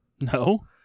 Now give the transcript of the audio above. No